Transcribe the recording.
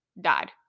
died